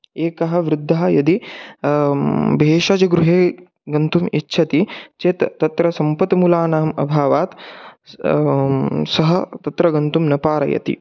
एकः वृद्धः यदि भेषज गृहे गन्तुम् इच्छति चेत् तत्र सम्पत्मूलानाम् अभावात् सः तत्र गन्तुं न पारयति